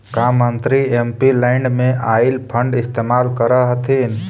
का मंत्री एमपीलैड में आईल फंड इस्तेमाल करअ हथीन